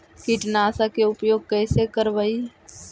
कीटनाशक के उपयोग कैसे करबइ?